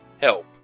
Help